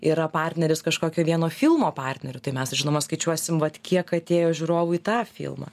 yra partneris kažkokio vieno filmo partneriu tai mes žinoma skaičiuosim vat kiek atėjo žiūrovų į tą filmą